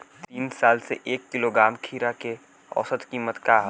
तीन साल से एक किलोग्राम खीरा के औसत किमत का ह?